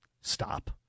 Stop